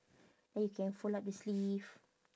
then you can fold up the sleeve